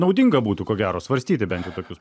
naudinga būtų ko gero svarstyti bent jau tokius